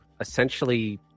essentially